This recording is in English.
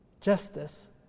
Justice